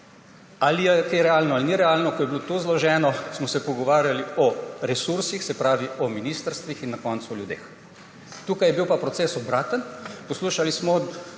ali je kaj realno ali ni realno. Ko je bilo to zloženo, smo se pogovarjali o resursih, se pravi o ministrstvih, in na koncu o ljudeh. Tukaj je bil pa proces obraten. Poslušali smo